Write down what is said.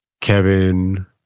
Kevin